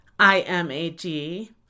I-M-A-G